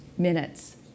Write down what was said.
minutes